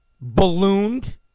ballooned